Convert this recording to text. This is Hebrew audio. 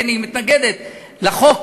הנה היא מתנגדת לחוק